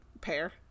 pair